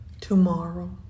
Tomorrow